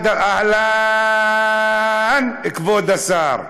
אחד, אהלן, כבוד השר.